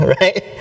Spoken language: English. right